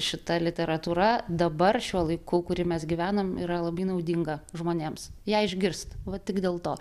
šita literatūra dabar šiuo laiku kurį mes gyvenam yra labai naudinga žmonėms ją išgirst va tik dėl to